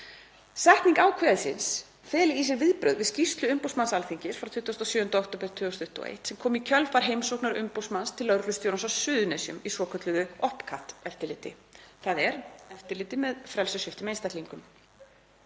Setning ákvæðisins feli í sér viðbrögð við skýrslu umboðsmanns Alþingis frá 27. október 2021, sem kom í kjölfar heimsóknar umboðsmanns til lögreglustjórans á Suðurnesjum í svokölluðu OPCAT-eftirliti, þ.e. eftirliti með frelsissviptum einstaklingum.